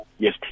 Yes